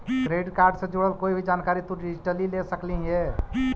credit card से जुड़ल कोई भी जानकारी तु डिजिटली ले सकलहिं हे